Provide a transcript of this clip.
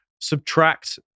subtract